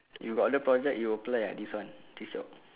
you got other project you apply ah this one this job